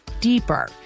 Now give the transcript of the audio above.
deeper